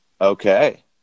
Okay